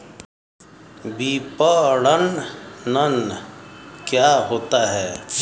विपणन क्या होता है?